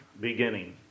beginning